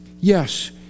yes